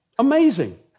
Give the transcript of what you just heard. Amazing